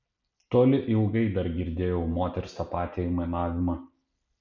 toli ilgai dar girdėjau moters tą patį aimanavimą